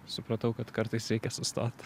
supratau kad kartais reikia sustot